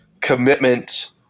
commitment